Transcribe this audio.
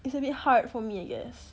it's a bit hard for me I guess